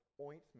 ointment